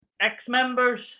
ex-members